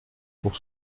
pour